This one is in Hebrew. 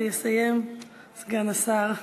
ויסיים סגן השר,